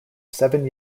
seven